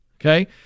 Okay